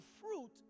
fruit